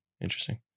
Interesting